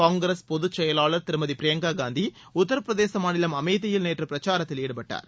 காங்கிரஸ் பொதுச் செயலாளர் திருமதி பிரியங்கா காந்தி உத்தரப்பிரதேச மாநிலம் அமேதியில் நேற்று பிரச்சாரத்தில் ஈடுபட்டார்